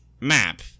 map